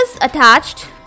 attached